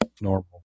normal